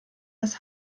das